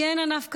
כי אין ענף כזה.